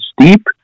steep